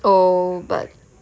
oh but